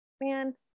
man